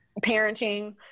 Parenting